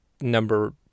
number